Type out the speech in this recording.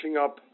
up